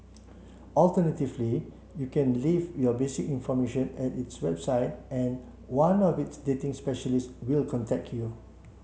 alternatively you can leave your basic information at its website and one of its dating specialists will contact you